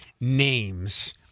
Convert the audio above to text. names